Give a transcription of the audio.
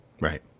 Right